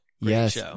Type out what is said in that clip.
Yes